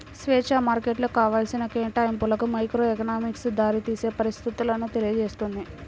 స్వేచ్ఛా మార్కెట్లు కావాల్సిన కేటాయింపులకు మైక్రోఎకనామిక్స్ దారితీసే పరిస్థితులను తెలియజేస్తుంది